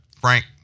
Frank